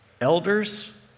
Elders